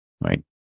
right